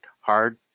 hard